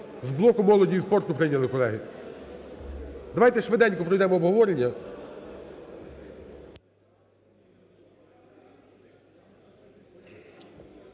з блоку молоді і спорту прийняли, колеги. Давайте швиденько пройдемо обговорення.